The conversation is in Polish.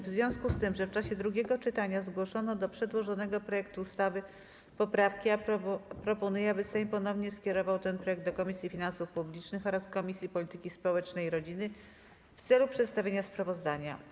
W związku z tym, że w czasie drugiego czytania zgłoszono do przedłożonego projektu ustawy poprawki, proponuję, aby Sejm ponownie skierował ten projekt do Komisji Finansów Publicznych oraz Komisji Polityki Społecznej i Rodziny w celu przedstawienia sprawozdania.